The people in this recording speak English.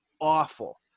awful